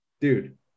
dude